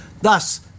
Thus